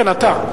כן, אתה.